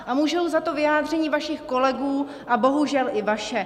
A můžou za to vyjádření vašich kolegů a bohužel i vaše.